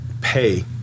pay